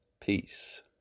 Peace